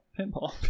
Pinball